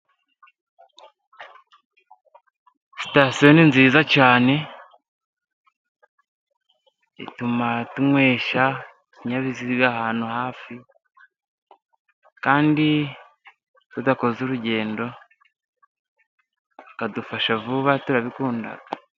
Sitasiyo ni nziza cyane ituma tuyweshya ibinyabiziga ahantu hafi, kandi tudakoze urugendo, bikadufasha vuba turabikunda.